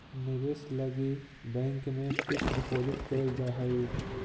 निवेश लगी बैंक में फिक्स डिपाजिट कैल जा हई